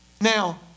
Now